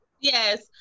Yes